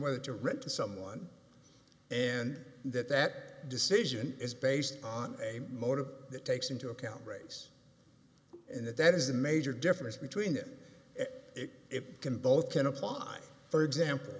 whether to rent to someone and that that decision is based on a motive that takes into account race and that that is the major difference between that it can both can apply for example